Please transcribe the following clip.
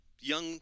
young